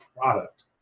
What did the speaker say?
product